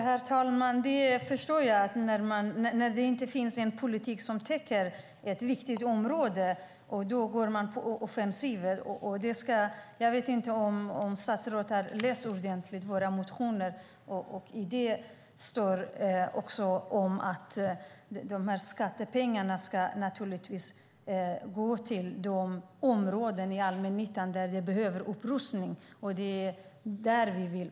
Herr talman! Jag förstår att när man inte har en politik som täcker ett viktigt område går man på offensiven. Jag vet inte om statsrådet har läst våra motioner. Där står att skattepengarna naturligtvis också ska gå till de områden i allmännyttan där det behövs upprustning. Det är det vi vill.